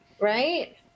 Right